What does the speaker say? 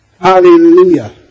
Hallelujah